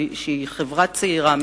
שהיא חברה צעירה,